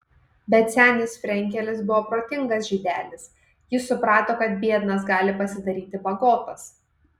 bet senis frenkelis buvo protingas žydelis jis suprato kad biednas gali pasidaryti bagotas